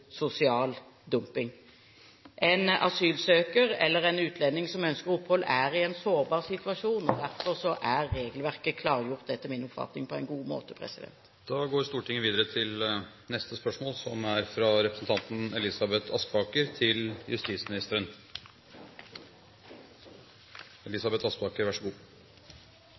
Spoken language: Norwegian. sosial dumping. En asylsøker eller en annen utlending som ønsker opphold, er i en sårbar situasjon. Derfor er regelverket etter min oppfatning klargjort på en god måte. Jeg har følgende spørsmål til